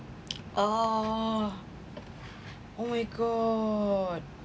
oh oh my god